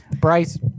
Bryce